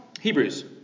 Hebrews